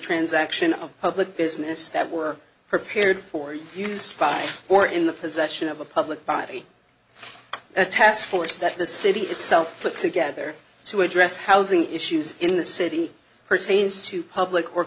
transaction of public business that were prepared for use by or in the possession of a public body a task force that the city itself put together to address housing issues in the city pertains to public or